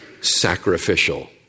sacrificial